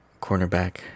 cornerback